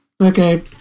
Okay